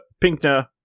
Pinkner